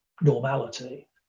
normality